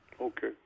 Okay